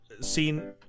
seen